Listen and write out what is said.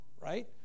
right